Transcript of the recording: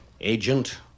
Agent